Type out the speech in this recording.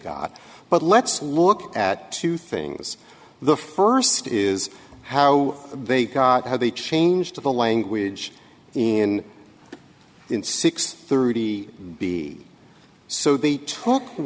got but let's look at two things the first is how they got how they change to the language in in six thirty b so they took the